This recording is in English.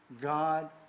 God